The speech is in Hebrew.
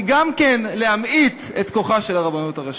זה גם כן להמעיט את כוחה של הרבנות הראשית?